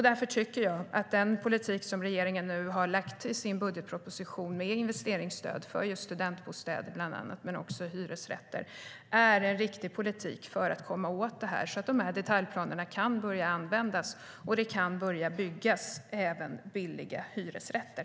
Därför tycker jag att den politik som regeringen nu har lagt fram i sin budgetproposition med investeringsstöd för bland annat studentbostäder men också hyresrätter är en riktig politik för att komma åt detta, så att detaljplanerna kan börja användas och så att det kan börja byggas även billiga hyresrätter.